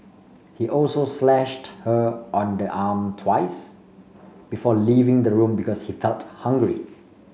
he also slashed her on the arm twice before leaving the room because he felt hungry